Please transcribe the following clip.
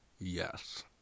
Yes